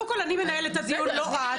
קודם כל אני מנהלת את הדיון ולא את,